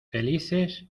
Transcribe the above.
felices